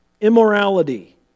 immorality